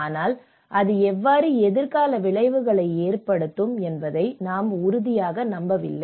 ஆனால் அது எவ்வாறு எதிர்கால விளைவுகளை ஏற்படுத்தும் என்பதை நாம் உறுதியாக நம்பவில்லை